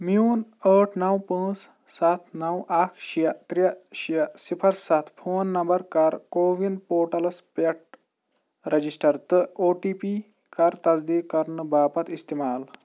میٛون ٲٹھ نَو پٲنٛژ سَتھ نَو اکھ شےٚ ترٛےٚ شےٚ صِفر سَتھ فون نمبر کَر کووِن پورٹلس پٮ۪ٹھ رجسٹر تہٕ او ٹی پی کَر تصدیٖق کَرنہٕ باپتھ اِستعمال